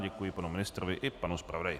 Děkuji panu ministrovi i panu zpravodaji.